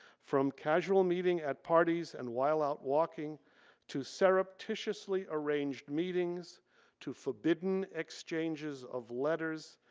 from casual meeting at parties and while out walking to surreptitiously arranged meetings to forbidden exchanges of letters,